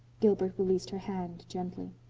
gilbert released her hand gently.